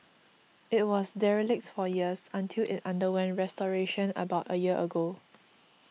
it was derelict for years until it underwent restoration about a year ago